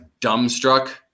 dumbstruck